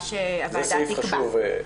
מה שהוועדה תקבע --- זה סעיף חשוב.